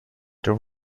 there